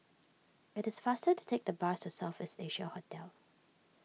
it is faster to take the bus to South East Asia Hotel